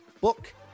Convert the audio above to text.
book